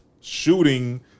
shooting